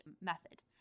method